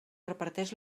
reparteix